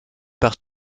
par